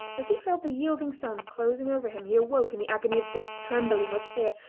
as he felt the yielding sand closing over him he awoke in the agony of death, trembling with fear,